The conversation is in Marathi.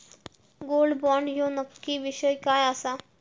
गोल्ड बॉण्ड ह्यो नक्की विषय काय आसा?